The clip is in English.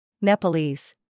Nepalese